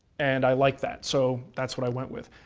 and i like that, so that's what i went with.